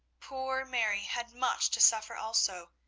poor mary had much to suffer also.